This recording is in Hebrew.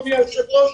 אדוני היושב ראש,